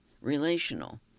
relational